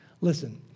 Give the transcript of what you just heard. Listen